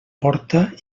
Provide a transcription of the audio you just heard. porta